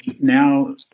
now